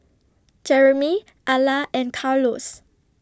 Jeremy Alla and Carlos